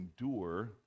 endure